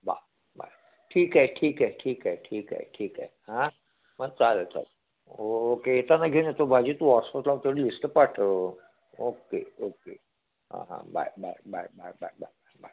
बा बाय ठीक आहे ठीक आहे ठीक आहे ठीक आहे ठीक आहे हां मग चालेल चल ओके येताना घेऊन येतो भाजी तू वॉट्सपला तेवढी लिस्ट पाठ ओक्के ओक्के हां हां bye bye bye bye bye bye bye